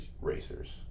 racers